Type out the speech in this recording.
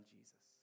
Jesus